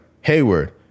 Hayward